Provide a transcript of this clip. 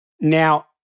Now